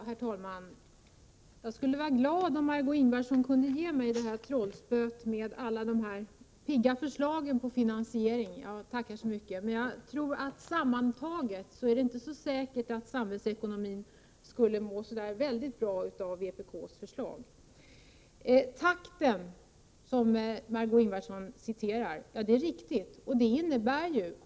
Herr talman! Jag skulle vara glad om Margö Ingvardsson kunde ge mig trollspöet med alla de pigga förslagen till finansiering. Sammantaget är det inte så säkert att samhällsekonomin skulle må så väldigt bra av vpk:s förslag.